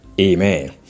Amen